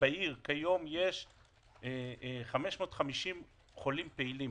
בעיר כיום יש 550 חולים פעילים.